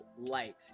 light